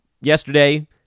yesterday